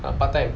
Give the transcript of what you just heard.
uh part time